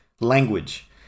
language